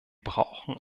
brauchen